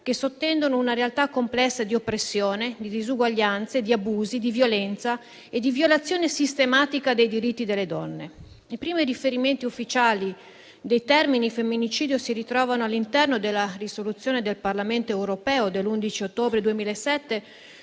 che sottendono una realtà complessa di oppressione, di disuguaglianze, di abusi, di violenza e di violazione sistematica dei diritti delle donne. I primi riferimenti ufficiali al termine femminicidio si ritrovano all'interno della risoluzione del Parlamento europeo dell'11 ottobre 2007